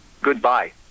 Goodbye